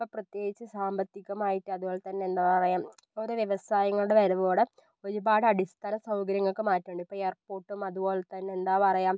ഇപ്പം പ്രത്യേകിച്ച് സാമ്പത്തികമായിട്ട് അതുപോലെ തന്നെ എന്താ പറയുക ഓരോ വ്യവസായങ്ങളുടെ വരവോടെ ഒരുപാട് അടിസ്ഥാന സൗകര്യങ്ങൾക്ക് മാറ്റമുണ്ട് ഇപ്പോ എയർപോർട്ടും അതുപോലെ തന്നെ എന്താ പറയുക